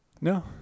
No